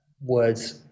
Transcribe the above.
words